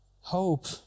Hope